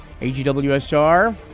AGWSR